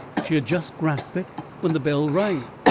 she had just grasped it when the bell rang.